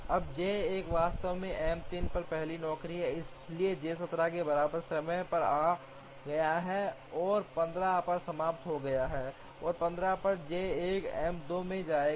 अब J 1 वास्तव में M 3 पर पहली नौकरी है इसलिए J 1 7 के बराबर समय पर आ गया है और 15 पर समाप्त हो गया है और 15 पर J 1 M 2 में जाएगा